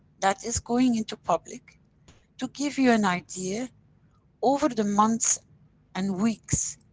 that is going into public to give you an idea over the months and weeks,